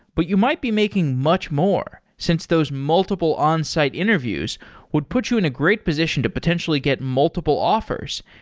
but you might be making much more since those multiple onsite interviews would put you in a great position to potentially get multiple offers,